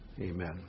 Amen